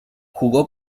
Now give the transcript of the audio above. jugó